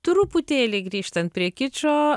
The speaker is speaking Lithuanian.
truputėlį grįžtant prie kičo